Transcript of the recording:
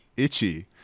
Itchy